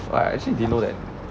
ah I actually didn't know that